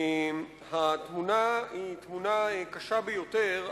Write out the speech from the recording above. התמונה היא תמונה קשה ביותר.